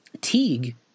Teague